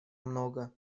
много